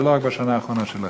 זה לא רק בשנה האחרונה שלכם,